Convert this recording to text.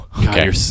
okay